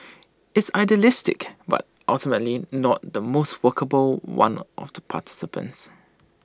it's idealistic but ultimately not the most workable one of the participants